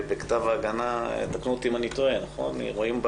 בכתב ההגנה תקנו אותי אם אני טועה רואים בה